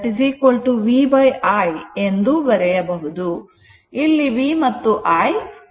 ಇಲ್ಲಿ v ಮತ್ತು i rms ಮೌಲ್ಯ ಗಳಾಗಿರುತ್ತವೆ